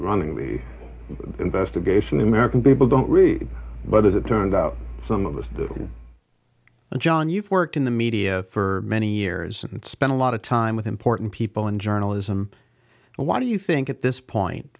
running the investigation the american people don't really but it turns out some of us do and john you've worked in the media for many years and spent a lot of time with important people in journalism what do you think at this point